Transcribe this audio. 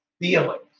feelings